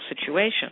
situation